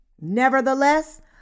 Nevertheless